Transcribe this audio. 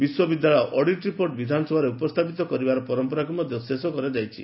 ବିଶ୍ୱବିଦ୍ୟାଳୟ audit report ବିଧାନସଭାରେ ଉପସ୍ରାପିତ କରିବାର ପରମ୍ମରାକୁ ଶେଷ କରାଯାଇଛି